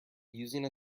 using